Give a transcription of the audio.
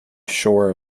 shore